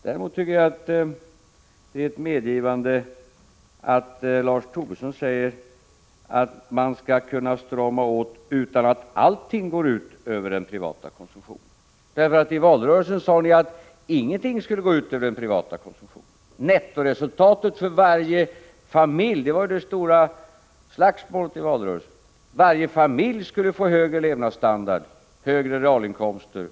Däremot tycker jag att det är ett medgivande att Lars Tobisson säger att man skall kunna strama åt utan att allting går ut över den privata konsumtionen. I valrörelsen sade ni att ingenting skulle gå ut över den privata konsumtionen. Det stora slagsmålet i valrörelsen gällde ju att varje familj med moderaternas politik skulle få högre levnadsstandard och högre realinkomster.